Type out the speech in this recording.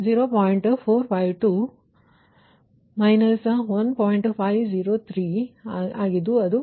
503 ಆದ್ದರಿಂದ 1